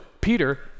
Peter